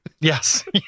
yes